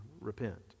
repent